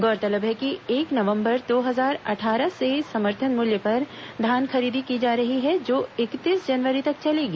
गौरतलब है कि एक नवंबर दो हजार अट्ठारह से समर्थन मूल्य पर धान खरीदी की जा रही हैं जो इकतीस जनवरी तक चलेगी